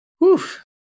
Woof